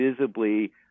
visibly